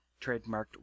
trademarked